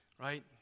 right